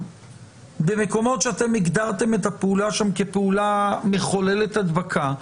במקומות שהגדרתם את הפעולה שם כפעולה מחוללת הדבקה,